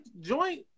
joint